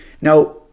Now